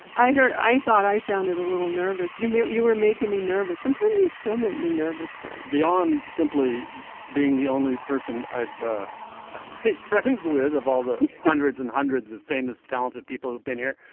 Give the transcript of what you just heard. i heard. i thought i sounded a little nervous. you mean you were making me nervous? sometimes you still make me nervous beyond simply being the only person i've hit friends with, of all the hundreds and hundreds of famous talented people who've been here,